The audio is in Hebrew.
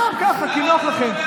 סתם ככה, כי נוח לכם.